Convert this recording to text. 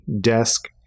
desk